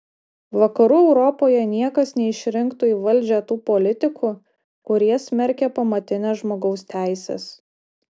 vakarų europoje niekas neišrinktų į valdžią tų politikų kurie smerkia pamatines žmogaus teises